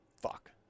fuck